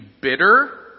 bitter